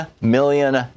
million